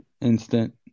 instant